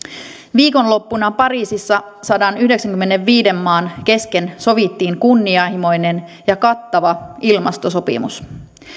viikonloppuna pariisissa sadanyhdeksänkymmenenviiden maan kesken sovittiin kunnianhimoinen ja kattava ilmastosopimus